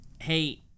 Hey